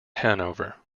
hanover